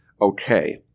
okay